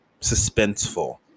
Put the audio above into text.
suspenseful